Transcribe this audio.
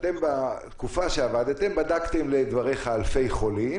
בתקופה שעבדתם בדקתם, לדבריך, אלפי חולים